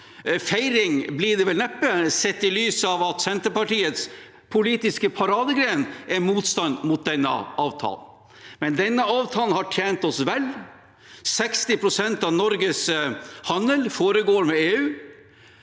feiring blir det vel neppe, sett i lys av at Senterpartiets politiske paradegren er motstand mot denne avtalen. Men denne avtalen har tjent oss vel. 60 pst. av Norges handel foregår med EU,